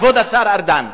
כבוד השר ארדן.